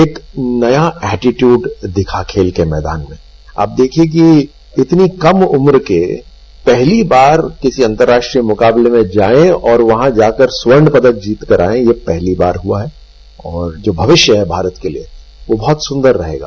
एक नया एटीट्यूड देखा खेल ये मैदान में आप देखिये कि इतनी कम उम्र के पहली बार किसी अन्तर्राष्ट्रीय मुकाबले में जाये और क्हां जाकर स्वर्ण पदक जीतकर आये यह पहली बार हुआ है और जो भविष्य है भारत के लिए वह बहुत सुन्दर रहेगा